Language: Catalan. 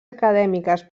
acadèmiques